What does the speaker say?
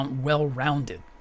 well-rounded